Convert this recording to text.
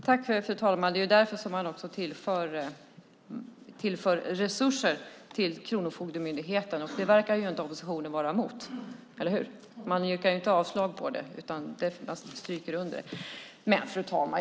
Fru talman! Det är därför som man också tillför resurser till Kronofogdemyndigheten. Det verkar inte oppositionen vara emot. Eller hur? Man yrkar inte avslag på det, utan man stryker under det. Fru talman!